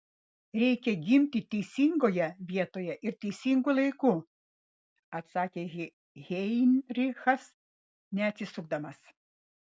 reikia gimti teisingoje vietoje ir teisingu laiku atsakė heinrichas neatsisukdamas